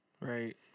Right